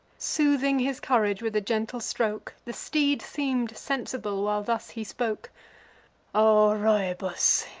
soothing his courage with a gentle stroke, the steed seem'd sensible, while thus he spoke o rhoebus,